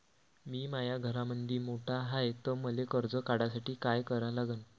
मी माया घरामंदी मोठा हाय त मले कर्ज काढासाठी काय करा लागन?